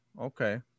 okay